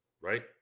right